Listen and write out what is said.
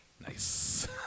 nice